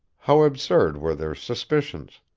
how absurd were their suspicions,